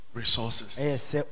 resources